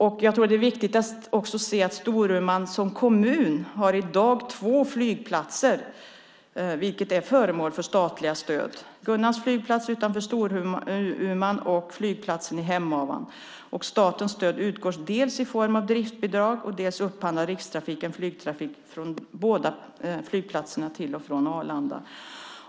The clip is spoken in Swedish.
Jag tror att det är viktigt att också se att Storuman som kommun i dag har två flygplatser, vilka är föremål för statligt stöd, Gunnarns flygplats utanför Storuman och flygplatsen i Hemavan. Statens stöd utgår dels i form av driftbidrag, dels upphandlar Rikstrafiken flygtrafik från båda flygplatserna till och från Arlanda.